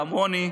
כמוני.